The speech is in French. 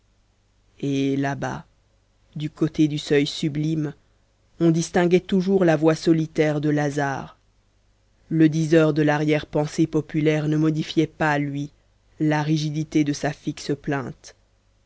et là-bas du côté du seuil sublime on distinguait toujours la voix solitaire de lazare le diseur de l'arrière-pensée populaire ne modifiait pas lui la rigidité de sa fixe plainte